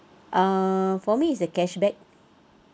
uh for me is the cash back